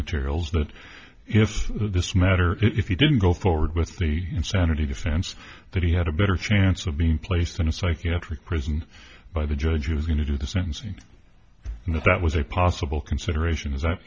materials that if this matter if you didn't go forward with the insanity defense that he had a better chance of being placed in a psychiatric prison by the judge was going to do the sentencing and that was a possible consideration as i've